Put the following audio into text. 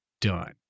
done